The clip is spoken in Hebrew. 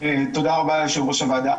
תודה רבה יו"ר הוועדה.